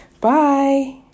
Bye